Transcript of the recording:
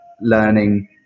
learning